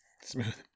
Smooth